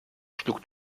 schlug